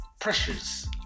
pressures